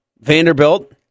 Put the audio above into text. Vanderbilt